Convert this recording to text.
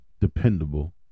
dependable